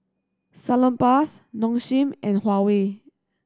Salonpas Nong Shim and Huawei